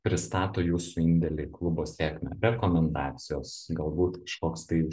pristato jūsų indėlį į klubo sėkmę rekomendacijos galbūt kažkoks tai